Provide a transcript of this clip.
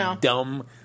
dumb